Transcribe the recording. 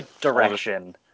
direction